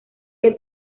que